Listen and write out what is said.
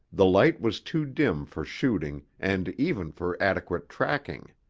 the light was too dim for shooting and even for adequate tracking.